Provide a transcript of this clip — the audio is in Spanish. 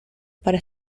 para